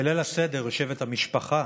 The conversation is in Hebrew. בליל הסדר יושבת המשפחה